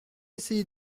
essayé